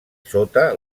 sota